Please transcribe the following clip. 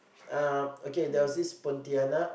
um okay there was this pontianak